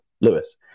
Lewis